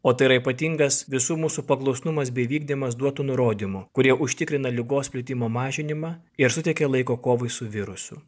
o tai yra ypatingas visų mūsų paklusnumas bei vykdymas duotų nurodymų kurie užtikrina ligos plitimo mažinimą ir suteikė laiko kovai su virusu